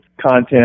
content